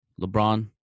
LeBron